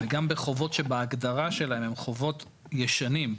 וגם בחובות שבהגדרה שלהם הם חובות ישנים,